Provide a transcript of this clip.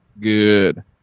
Good